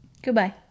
Goodbye